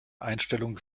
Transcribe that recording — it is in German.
einstellung